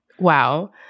wow